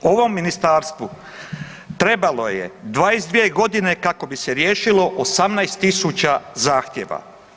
Ovom ministarstvu trebalo je 22 godine kako bi se riješilo 18000 zahtjeva.